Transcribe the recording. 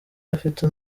afite